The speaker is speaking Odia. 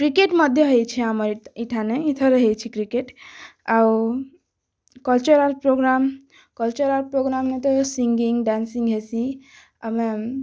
କ୍ରିକେଟ୍ ମଧ୍ୟ ହେଇଛେ ଆମର୍ ଇଠାନେ ଇଥର ହେଇଛେ କ୍ରିକେଟ୍ ଆଉ କଲ୍ଚରାଲ୍ ପ୍ରୋଗ୍ରାମ୍ କଲ୍ଚରାଲ୍ ପ୍ରୋଗ୍ରାମ୍ ନେ ତ ସିଙ୍ଗିଙ୍ଗ୍ ଡ଼୍ୟାସିଙ୍ଗ୍ ହେସି ଆମେ